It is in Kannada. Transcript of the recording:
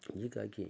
ಹೀಗಾಗಿ